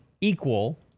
equal